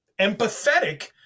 empathetic